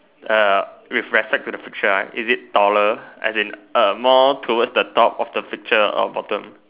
err with respect to the picture ah is it taller as in err more toward the top of the picture or bottom